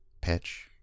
pitch